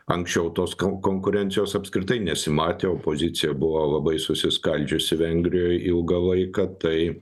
anksčiau tos konkurencijos apskritai nesimatė o pozicija buvo labai susiskaldžiusi vengrijoj ilgą laiką tai